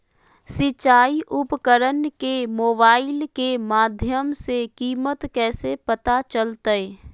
सिंचाई उपकरण के मोबाइल के माध्यम से कीमत कैसे पता चलतय?